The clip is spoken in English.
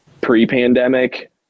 pre-pandemic